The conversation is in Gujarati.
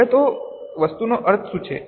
હવે આ વસ્તુનો અર્થ શું છે